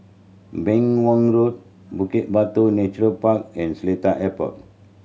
Beng Wan Road Bukit Batok Nature Park and Seletar Airport